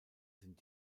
sind